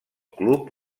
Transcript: club